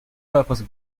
purpose